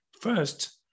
first